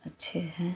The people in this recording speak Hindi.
अच्छे हैं